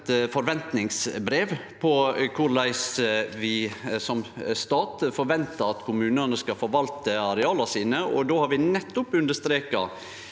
forventingsbrev om korleis vi som stat forventar at kommunane skal forvalte areala sine, og då har vi nettopp understreka